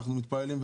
אנחנו מתפללים,